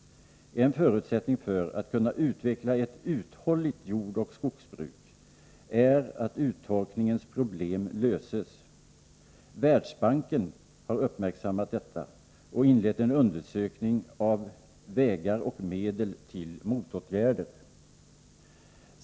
En förutsättning för att kunna utveckla ett uthålligt jordeller skogsbruk är att uttorkningens problem löses. Världsbanken har uppmärksammat detta och inlett en undersökning av vägar och medel till motåtgärder.